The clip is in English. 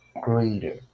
greater